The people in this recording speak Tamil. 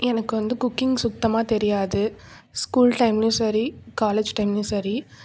எனக்கு வந்து குக்கிங் சுத்தமாக தெரியாது ஸ்கூல் டைம்லேயும் சரி காலேஜ் டைம்லேயும் சரி